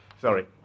Sorry